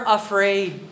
afraid